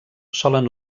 solen